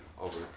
over